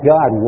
God